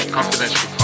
Confidential